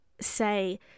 say